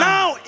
Now